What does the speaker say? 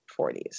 40s